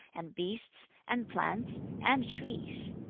and beasts, and plants, and trees.